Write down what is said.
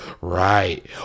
Right